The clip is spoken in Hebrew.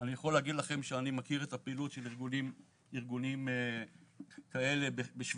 ואני יכול להגיד לכם שאני מכיר את הפעילות של ארגונים כאלה בשוודיה.